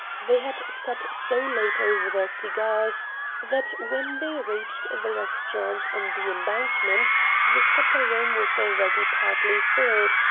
they had sat so late over their cigars that when they reached the restaurant on the embankment the supper-room was already partly filled,